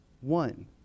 one